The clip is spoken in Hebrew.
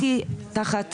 הייתי תחת